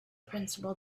principle